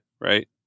right